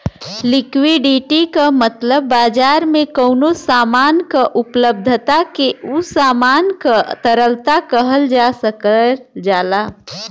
liquidity क मतलब बाजार में कउनो सामान क उपलब्धता के उ सामान क तरलता कहल जा सकल जाला